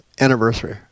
anniversary